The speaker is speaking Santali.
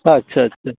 ᱟᱪᱪᱷᱟ ᱪᱷᱟ ᱟᱪᱪᱷᱟ